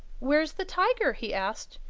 where's the tiger? he asked,